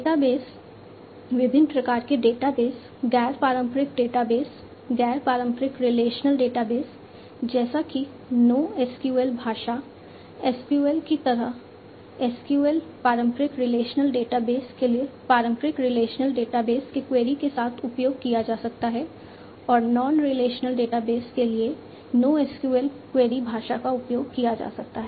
database विभिन्न प्रकार के डेटाबेस गैर पारंपरिक डेटाबेस गैर पारंपरिक रिलेशनल डेटाबेस के लिए NoSQL क्वेरी भाषा का उपयोग किया जा सकता है